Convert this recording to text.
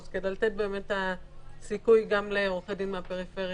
כדי לתת את הסיכוי גם לעורכי דין מהפריפריה